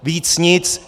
Víc nic.